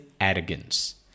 arrogance